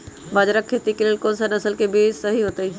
बाजरा खेती के लेल कोन सा नसल के बीज सही होतइ?